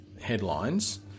headlines